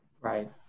Right